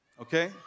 okay